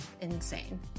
insane